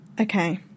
Okay